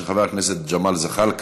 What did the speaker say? של חבר הכנסת של ג'מאל זחאלקה.